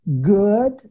good